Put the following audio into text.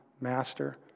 master